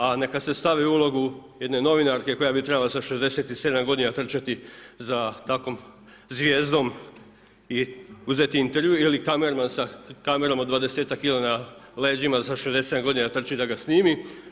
A neka se stavi u ulogu jedne novinarke koja bi trebala sa 67 godina trčati za takvom zvijezdom i uzeti intervju ili kamerman sa kamerom od 20kg na leđima sa 67 godina trći da ga snimi.